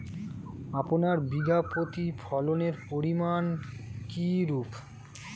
আপনার বিঘা প্রতি ফলনের পরিমান কীরূপ?